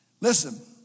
listen